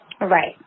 Right